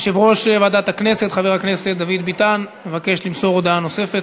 יושב-ראש ועדת הכנסת דוד ביטן מבקש למסור הודעה נוספת.